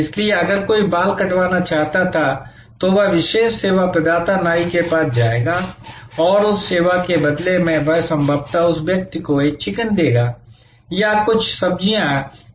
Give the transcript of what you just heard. इसलिए अगर कोई बाल कटवाना चाहता था तो वह विशेष सेवा प्रदाता नाई के पास जाएगा और उस सेवा के बदले में वह संभवतः उस व्यक्ति को एक चिकन देगा या कुछ सब्जियां या इतने पर हो सकता है